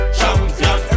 champion